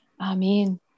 Amen